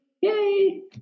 yay